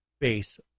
base